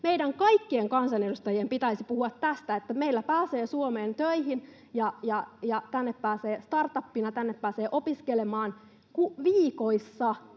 Meidän kaikkien kansanedustajien pitäisi puhua tästä, että meillä pääsee Suomeen töihin ja tänne pääsee startupina, tänne pääsee opiskelemaan viikoissa,